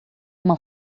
uma